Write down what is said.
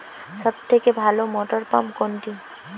সবথেকে ভালো মটরপাম্প কোনটি?